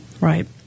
Right